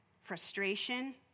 frustration